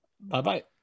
Bye-bye